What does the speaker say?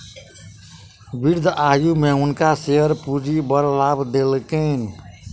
वृद्ध आयु में हुनका शेयर पूंजी बड़ लाभ देलकैन